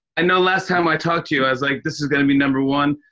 i know, last time i talked to you, i was like, this is gonna be number one,